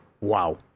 wow